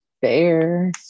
Fair